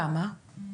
למה?